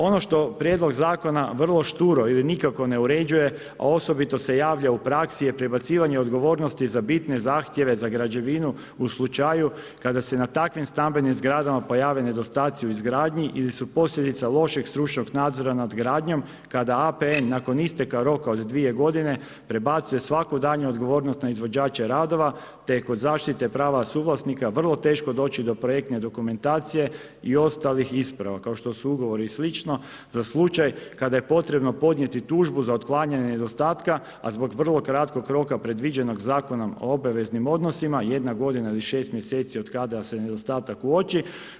Ono što prijedlog zakona vrlo šturo ili nikako ne uređuje, a osobito se javlja u praksi je prebacivanje odgovornosti za bitne zahtjeve za građevinu u slučaju kada se na takvim stambenim zgradama pojave nedostaci u izgradnji ili su posljedica lošeg stručnog nadzora nad gradnjom kada APN nakon isteka roka od 2 g. … a prebacuje svaku daljnju odgovornost na izvođače radove, te je kod zaštite prav suvlasnika, vrlo teško doći do projektne dokumentacije i ostalih ispravaka, kao što su ugovori i slično, za slučaj kada je potrebno podnijeti tužbu za otklanjanje nedostatka, a zbog vrlo kratkog roka predviđeno Zakona o obaveznim odnosima, 1 g. do 6 mjesec od kada se nedostatak uoči.